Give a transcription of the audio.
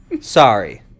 Sorry